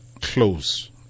close